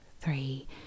Three